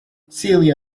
celia